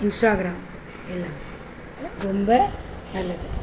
Instagram எல்லாமே ரொம்ப நல்லது